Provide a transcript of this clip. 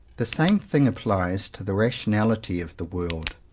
the same thing applies to the rationality of the world.